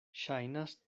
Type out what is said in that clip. ŝajnas